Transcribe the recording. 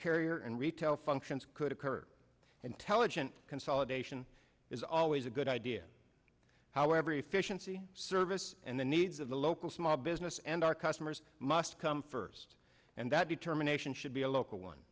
carrier and retail functions could occur intelligent consolidation is always a good idea however efficiency service and the needs of the local small business and our customers must come first and that determination should be a local one